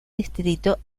distrito